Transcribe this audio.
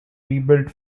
rebuilt